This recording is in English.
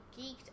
geeked